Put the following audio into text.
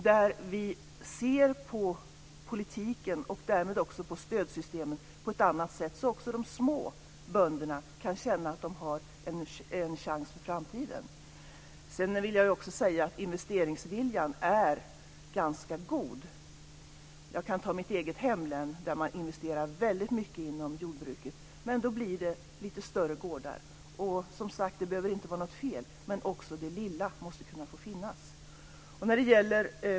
Där tittar vi på politiken, och därmed också på stödsystemen, på ett annat sätt så att också de små bönderna kan känna att de har en chans i framtiden. Sedan vill jag också säga att investeringsviljan är ganska god. Jag kan ta mitt eget hemlän som exempel. Där investerar man väldigt mycket inom jordbruket, men då blir det lite större gårdar. Det behöver inte vara något fel, men det lilla måste också kunna få finnas.